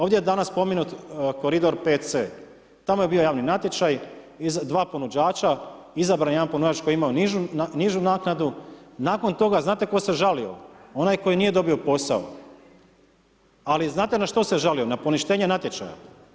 Ovdje je danas spomenut koridor 5C, tamo je bio javni natječaj i 2 ponuđača, izabran je jedan ponuđač koji je imao nižu, nižu naknadu nakon toga znate ko se žalio onaj koji nije dobio posao, ali znate na što se žalio, na poništenje natječaja.